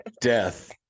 death